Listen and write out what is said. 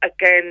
again